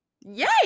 Yay